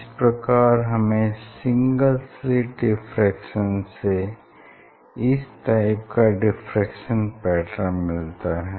इस प्रकार हमें सिंगल स्लिट डिफ्रैक्शन से इस टाइप का डिफ्रैक्शन पैटर्न मिलता है